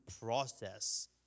process